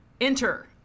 enter